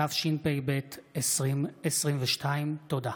התשפ"ב 2022. תודה.